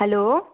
hello